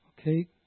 okay